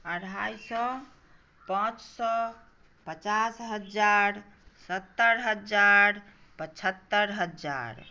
अढ़ाइ सए पाँच सए पचास हजार सत्तरि हजार पचहत्तरि हजार